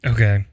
Okay